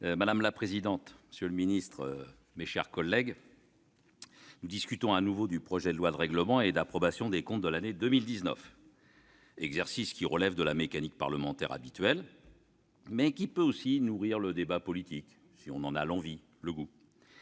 Madame la présidente, monsieur le ministre, mes chers collègues, nous discutons à nouveau du projet de loi de règlement et d'approbation des comptes de l'année 2019. Si l'exercice relève de la mécanique parlementaire habituelle, il peut aussi nourrir le débat politique, si l'on en a le goût.